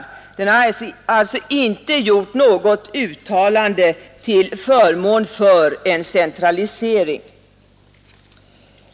Riksdagen har alltså inte gjort något uttalande till förmån för en centralisering.